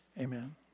Amen